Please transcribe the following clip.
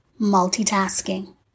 multitasking